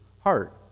heart